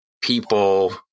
people